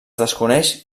desconeix